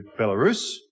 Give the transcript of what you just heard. Belarus